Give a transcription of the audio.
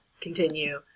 continue